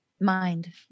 mind